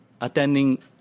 attending